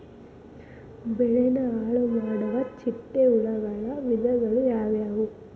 ಬೆಳೆನ ಹಾಳುಮಾಡುವ ಚಿಟ್ಟೆ ಹುಳುಗಳ ವಿಧಗಳು ಯಾವವು?